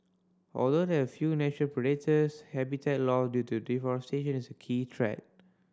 although they have few natural predators habitat loss due to deforestation is a key threat